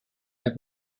have